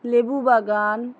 লেবু বাগান